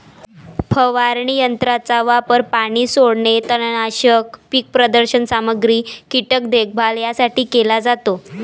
फवारणी यंत्राचा वापर पाणी सोडणे, तणनाशक, पीक प्रदर्शन सामग्री, कीटक देखभाल यासाठी केला जातो